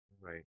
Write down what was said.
Right